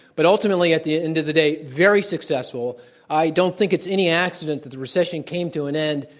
but ultimately at the end of the day, very successful. i don't think it's any accident that the recession came to an end,